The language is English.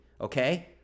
okay